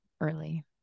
Early